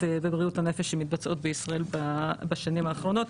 לבריאות הנפש שמתבצעות בישראל בשנים האחרונות,